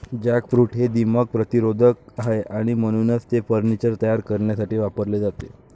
jackfruit हे दीमक प्रतिरोधक आहे आणि म्हणूनच ते फर्निचर तयार करण्यासाठी वापरले जाते